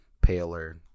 paler